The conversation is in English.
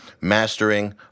mastering